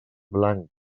blanc